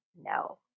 no